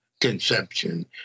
conception